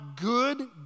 good